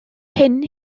hyn